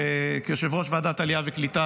כיושב-ראש ועדת העלייה והקליטה,